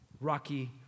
Rocky